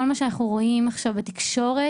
כל מה שרואים עכשיו בתקשורת,